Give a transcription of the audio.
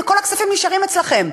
וכל הכספים נשארים אצלכם,